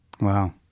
Wow